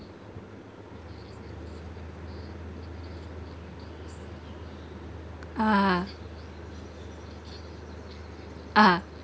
ah ah